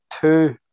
two